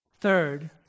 Third